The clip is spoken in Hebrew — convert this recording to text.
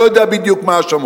לא יודע בדיוק מה ההאשמות,